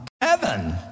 Heaven